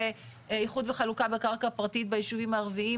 איחוד וחלוקה בקרקע פרטית בישובים הערביים,